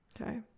Okay